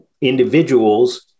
individuals